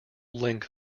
length